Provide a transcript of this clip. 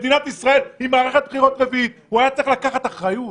מדינת ישראל במערכת בחירות רביעית והוא היה צריך לקחת אחריות,